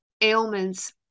ailments